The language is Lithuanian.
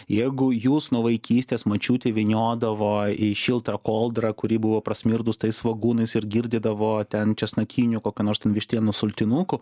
jeigu jus nuo vaikystės močiutė įvyniodavo į šiltą koldrą kuri buvo prasmirdus tais svogūnais ir girdydavo ten česnakiniu kokiu nors ten vištienos sultinuku